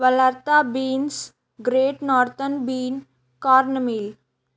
వలార్తా beans great northern bean cornmeal